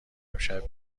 امشب